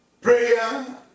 prayer